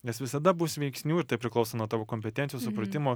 nes visada bus veiksnių ir tai priklauso nuo tavo kompetencijos supratimo